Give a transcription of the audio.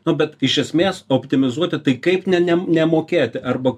nu bet iš esmės optimizuoti tai kaip ne ne nemokėti arba